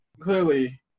clearly